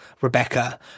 Rebecca